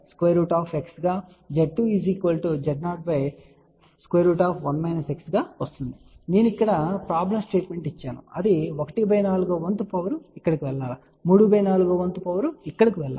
కాబట్టి నేను ఇక్కడ ప్రాబ్లం స్టేట్మెంట్ ను ఇచ్చాను అది ¼ వ వంతు పవర్ ఇక్కడకు వెళ్లాలి ¾వ వంతు పవర్ ఇక్కడకు వెళ్లాలి